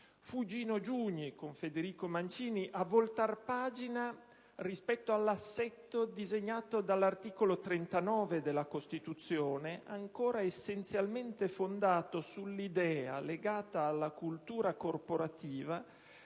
Fu Gino Giugni, con Federico Mancini, a voltar pagina rispetto all'assetto disegnato dall'articolo 39 della Costituzione, ancora essenzialmente fondato sull'idea - legata alla cultura corporativa